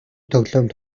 тоглоом